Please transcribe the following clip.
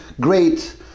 great